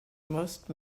most